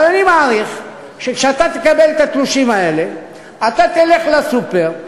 אבל אני מעריך שכשאתה תקבל את התלושים האלה אתה תלך לסופר,